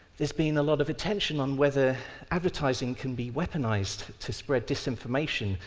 there's been a lot of attention on whether advertising can be weaponised to spread disinformation,